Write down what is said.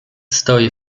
stoi